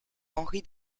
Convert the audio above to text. henri